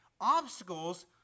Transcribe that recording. obstacles